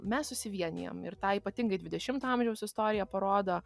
mes susivienijam ir tą ypatingai dvidešimto amžiaus istorija parodo